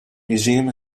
museum